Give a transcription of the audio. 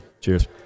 cheers